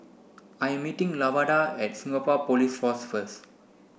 I am meeting Lavada at Singapore Police Force first